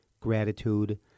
gratitude